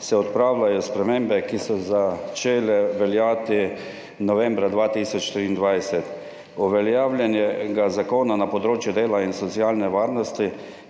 se odpravljajo spremembe uveljavljenega zakona na področju dela in socialne varnosti,